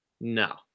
no